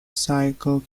cycle